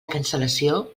cancel·lació